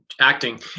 acting